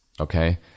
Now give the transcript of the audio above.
okay